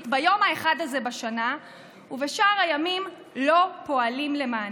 ביום האחד הזה בשנה ובשאר הימים לא פועלים למענה?